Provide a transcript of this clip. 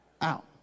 out